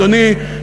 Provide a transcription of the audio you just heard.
אדוני,